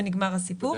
אם